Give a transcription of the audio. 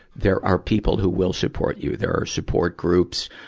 there are people who will support you. there are support groups,